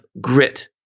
grit